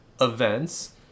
events